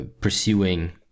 pursuing